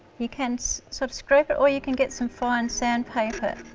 you can sort of scrape it or you can get some fine sandpaper